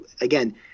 again